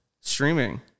streaming